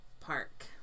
park